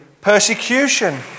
persecution